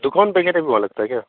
दुक़ान वग़ैरह भी वहाँ लगती है क्या